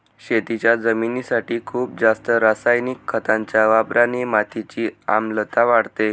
शेतीच्या जमिनीसाठी खूप जास्त रासायनिक खतांच्या वापराने मातीची आम्लता वाढते